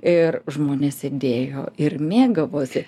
ir žmonės sėdėjo ir mėgavosi